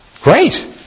Great